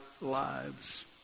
lives